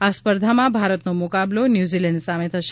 આ સ્પર્ધામાં ભારતનો મુકાબલો ન્યૂઝીલેન્ડ સામે થશે